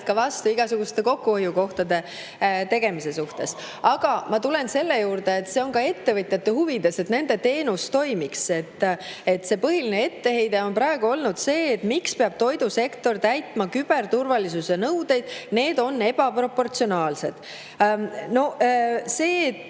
vastu ka igasuguste kokkuhoiukohtade tegemisele. Aga ma tulen selle juurde, et see on ka ettevõtjate huvides, et nende teenus toimiks. Põhiline etteheide on praegu olnud see, et miks peab toidusektor täitma küberturvalisuse nõudeid, need on ebaproportsionaalsed. See, et